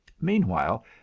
Meanwhile